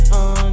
on